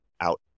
out